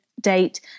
date